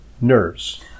nerves